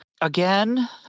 again